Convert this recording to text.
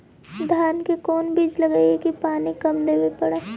धान के कोन बिज लगईऐ कि पानी कम देवे पड़े?